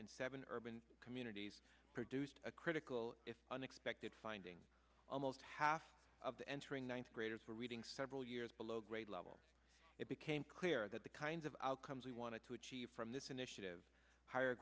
in seven urban communities produced a critical if unexpected finding almost half of the entering ninth graders were reading several years below grade level it became clear that the kinds of outcomes we wanted to achieve from this initiative higher